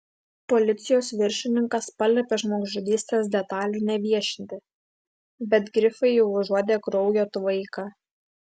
policijos viršininkas paliepė žmogžudystės detalių neviešinti bet grifai jau užuodė kraujo tvaiką